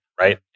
right